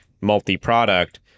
multi-product